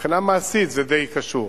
מבחינה מעשית זה די קשור.